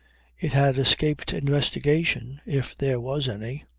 it had escaped investigation if there was any.